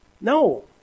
No